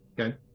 Okay